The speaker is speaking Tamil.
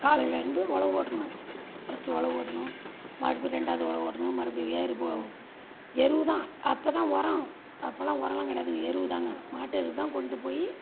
காலையிலேருந்து உழவு ஓட்டணும் ஃபஸ்ட்டு உழவு ஓட்டணும் மறுபடி ரெண்டாவது உழவு ஓட்டணும் மறுபடி ஏறி போ எருவு தான் அப்போதான் உரம் அப்போல்லாம் உரல்லாம் கிடையாதுங்க எருவுதாங்க மாட்டு எருவு தான் கொண்டு போய்